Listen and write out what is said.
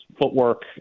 footwork